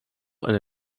eine